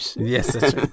Yes